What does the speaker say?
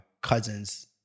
cousin's